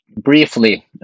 briefly